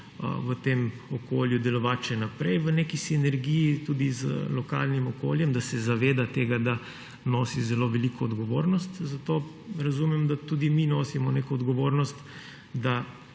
v tem okolju delovati še naprej v neki sinergiji tudi z lokalnim okoljem, da se zaveda tega, da nosi zelo veliko odgovornost. Zato razumem, da tudi mi nosimo neko odgovornost, da